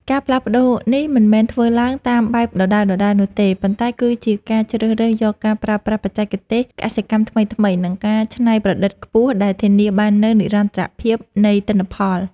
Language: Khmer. ការផ្លាស់ប្តូរនេះមិនមែនធ្វើឡើងតាមបែបដដែលៗនោះទេ ប៉ុន្តែគឺជាការជ្រើសរើសយកការប្រើប្រាស់បច្ចេកទេសកសិកម្មថ្មីៗ និងការច្នៃប្រឌិតខ្ពស់ដែលធានាបាននូវនិរន្តរភាពនៃទិន្នផល។